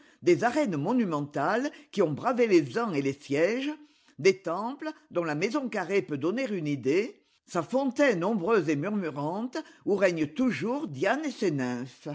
des arènes monumentales qui ont bravé les ans et les sièges des temples dont la maison carrée peut donner une idée sa fontaine ombreuse et murmurante où régnent toujours diane